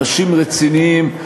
אנשים רציניים,